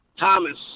Thomas